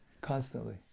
constantly